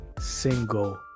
single